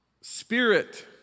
spirit